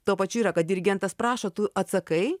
tuo pačiu yra kad dirigentas prašo tu atsakai